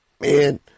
man